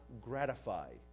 gratify